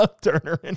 Turner